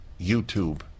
YouTube